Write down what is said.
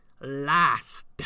last